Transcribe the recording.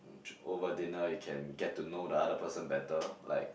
uh over dinner you can get to know the other person better like